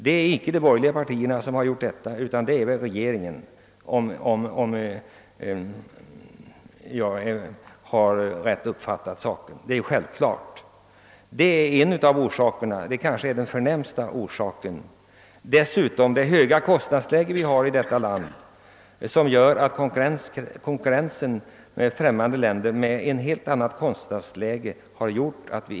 Det är icke de borgerliga partierna som är skuld till detta, utan det är regeringen, herr Lorentzon, och den förnämsta orsaken till arbetslösheten i landet. Det höga kostnadsläge vi har i detta land gör dessutom att vi inte kan konkurrera med länder som har ett gynnsammare sådant.